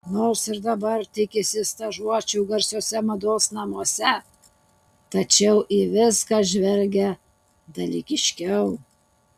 nors ir dabar tikisi stažuočių garsiuose mados namuose tačiau į viską žvelgia dalykiškiau